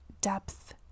depth